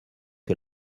que